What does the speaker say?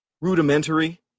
rudimentary